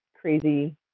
crazy